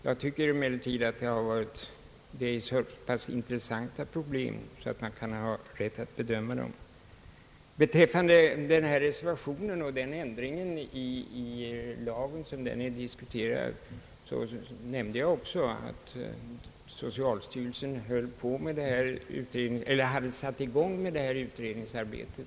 Jag tycker emellertid att det här gäller så pass intressanta problem att man kan ha skäl att beröra dem. Beträffande reservationen och den ändring i lagen som däri diskuteras nämnde jag också i mitt anförande att socialstyrelen hade satt i gång med detta utredningsarbete.